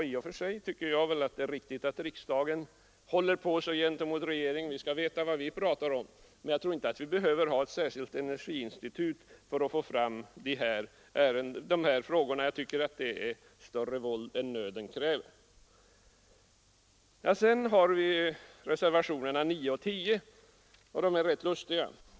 I och för sig tycker jag väl att det är riktigt att riksdagen håller på sig i förhållande till regeringen — vi skall veta vad vi talar om — men jag tror inte att vi behöver ha ett särskilt energiinstitut för att få fram lösningar av de här frågorna. Jag tycker att det vore att tillgripa större våld än nöden kräver. Reservationerna 9 och 10 är rätt lustiga.